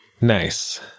Nice